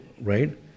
Right